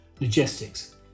logistics